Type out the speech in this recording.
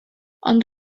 ond